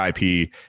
IP